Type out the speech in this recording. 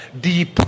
deep